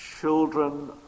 children